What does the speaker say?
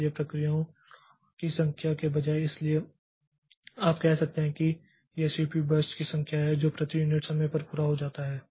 इसलिए प्रक्रियाओं की संख्या के बजाय इसलिए आप कह सकते हैं कि यह सीपीयू बर्स्ट की संख्या है जो प्रति यूनिट समय पर पूरा हो जाता है